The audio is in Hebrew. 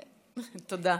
תודה.